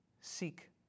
Seek